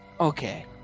Okay